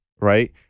right